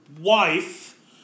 wife